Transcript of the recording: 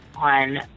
On